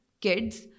kids